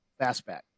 fastback